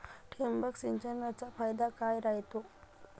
ठिबक सिंचनचा फायदा काय राह्यतो?